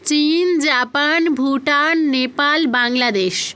চীন জাপান ভুটান নেপাল বাংলাদেশ